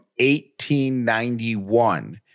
1891